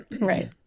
right